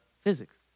physics